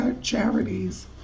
Charities